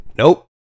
Nope